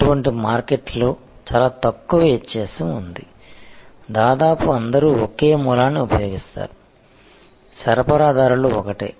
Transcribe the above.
అటువంటి మార్కెట్లలో చాలా తక్కువ వ్యత్యాసం ఉంది దాదాపు అందరూ ఒకే మూలాన్ని ఉపయోగిస్తారు సరఫరాదారులు ఒకటే